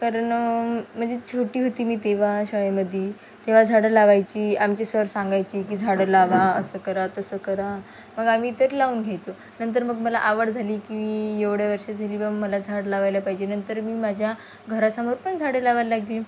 कारण म्हणजे छोटी होते मी तेव्हा शाळेमध्ये तेव्हा झाडं लावायची आमचे सर सांगायचे की झाडं लावा असं करा तसं करा मग आम्ही इतर लावून घ्यायचो नंतर मग मला आवड झाली की मी एवढ्या वर्ष दिली बा मला झाडं लावायला पाहिजे नंतर मी माझ्या घरासमोर पण झाडं लावायला लागली